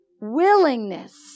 willingness